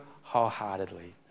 wholeheartedly